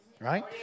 right